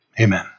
amen